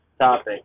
topic